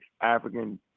African